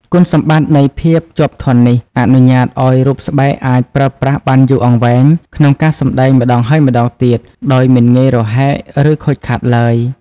គុណសម្បត្តិនៃភាពជាប់ធន់នេះ អនុញ្ញាតឱ្យរូបស្បែកអាចប្រើប្រាស់បានយូរអង្វែងក្នុងការសម្ដែងម្ដងហើយម្ដងទៀត ដោយមិនងាយរហែក ឬខូចខាតឡើយ។